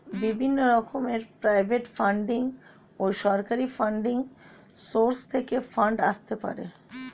বিভিন্ন রকমের private funding ও সরকারি ফান্ডিং সোর্স থেকে ফান্ড আসতে পারে